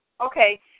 Okay